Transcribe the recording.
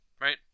right